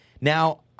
Now